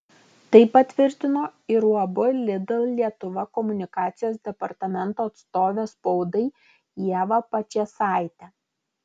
tai patvirtino ir uab lidl lietuva komunikacijos departamento atstovė spaudai ieva pačėsaitė